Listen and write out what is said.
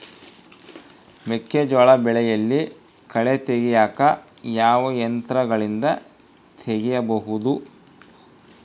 ಮೆಕ್ಕೆಜೋಳ ಬೆಳೆಯಲ್ಲಿ ಕಳೆ ತೆಗಿಯಾಕ ಯಾವ ಯಂತ್ರಗಳಿಂದ ತೆಗಿಬಹುದು?